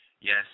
Yes